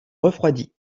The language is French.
refroidit